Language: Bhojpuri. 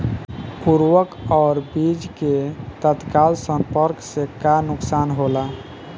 उर्वरक और बीज के तत्काल संपर्क से का नुकसान होला?